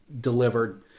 delivered